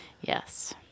Yes